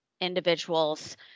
individuals